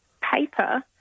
paper